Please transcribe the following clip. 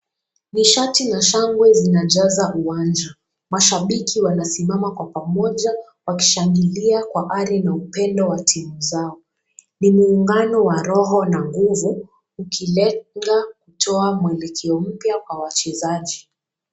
Nishati na shangwe zinajaza uwanja. Mashabiki wanasimama kwa pamoja wakishangilia kwa ari na upendo wa timu zao. Ni muungano wa roho na nguvu ukilenga kutoa mwelekeo mpya kwa wachezaji.